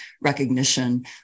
recognition